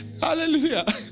Hallelujah